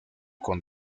con